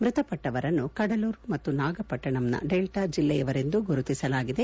ಮೃತಪಟ್ಟವರನ್ನು ಕಡಲೂರು ಮತ್ತು ನಾಗಪಟ್ಟಣಂನ ಡೆಲ್ಲಾ ಜಿಲ್ಲೆಯವರೆಂದು ಗುರುತಿಸಲಾಗಿದೆ